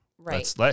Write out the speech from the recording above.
Right